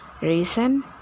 reason